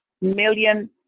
million